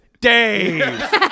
Dave